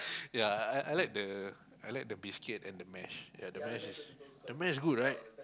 ya I I I like the I like the biscuit and the mash ya the mash the mash good right